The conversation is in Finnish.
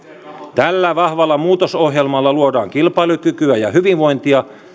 tällä vahvalla muutosohjelmalla luodaan kilpailukykyä ja hyvinvointia